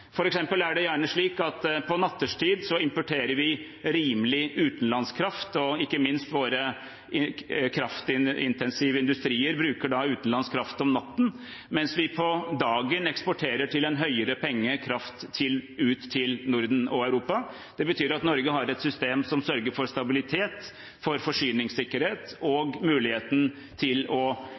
på nattetid rimelig utenlandsk kraft. Ikke minst våre kraftintensive industrier bruker utenlandsk kraft om natten, mens vi på dagen eksporterer, til en høyere penge, kraft ut til Norden og Europa. Det betyr at Norge har et system som sørger for stabilitet for forsyningssikkerhet og muligheten til å